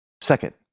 second